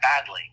badly